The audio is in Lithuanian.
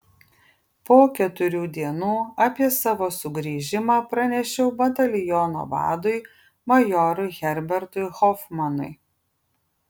po keturių dienų apie savo sugrįžimą pranešiau bataliono vadui majorui herbertui hofmanui